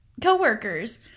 coworkers